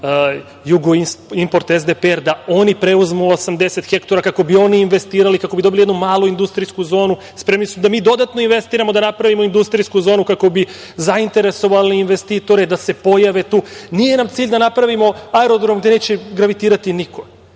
„Jugoimport-SDPR“ da oni preuzmu 80 hektara kako bi oni investirali, kako bi dobili jednu malu industrijsku zonu. Spremni smo da mi dodatno investiramo, da napravimo industrijsku zonu, kako bi zainteresovali investitore da se pojave tu. Nije nam cilj da napravimo aerodrom gde neće gravitirati niko,